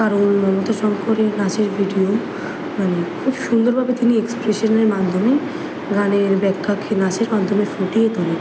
কারণ মমতা শঙ্করের নাচের ভিডিও মানে খুব সুন্দরভাবে তিনি এক্সপ্রেশনের মাধ্যমে গানের ব্যাখ্যাকে নাচের মাধ্যমে ফুটিয়ে তোলেন